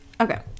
Okay